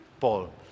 Paul